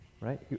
Right